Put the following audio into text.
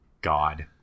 God